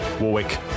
Warwick